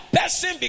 person